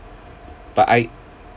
but I